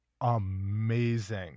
amazing